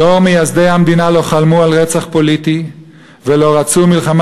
דור מייסדי המדינה לא חלמו על רצח פוליטי ולא רצו מלחמה